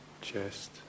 chest